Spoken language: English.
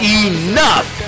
enough